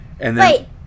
Wait